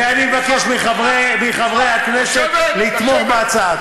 אני מבקש מחברי הכנסת לתמוך בהצעה.